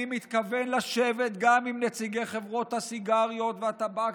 אני מתכוון לשבת גם עם נציגי חברות הסיגריות והטבק,